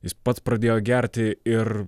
jis pats pradėjo gerti ir